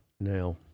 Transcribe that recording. now